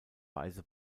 weise